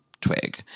twig